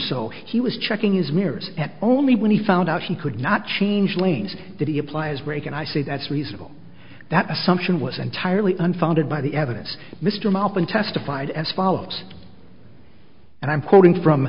so he was checking is mirrors and only when he found out he could not change lanes that he applies break and i say that's reasonable that assumption was entirely unfounded by the evidence mr martin testified as follows and i'm quoting from